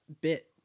bit